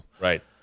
Right